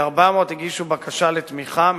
כ-400 הגישו בקשה לתמיכה,